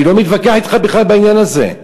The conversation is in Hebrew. אני לא מתווכח אתך בכלל בעניין הזה.